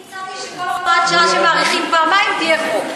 אני הצעתי שכל הוראת שעה שמאריכים פעמיים תהיה חוק.